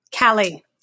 Callie